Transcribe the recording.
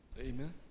Amen